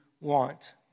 want